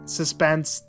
suspense